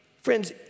friends